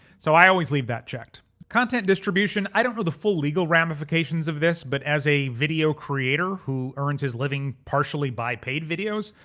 so i always leave that checked. content distribution. i don't know the full legal ramifications of this but as a video creator who earns his living partially by paid videos,